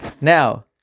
Now